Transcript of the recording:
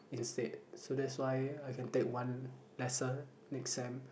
instead so that's why I can take one lesson next sem